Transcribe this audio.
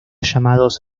llamados